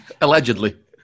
Allegedly